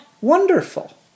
wonderful